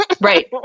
Right